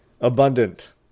abundant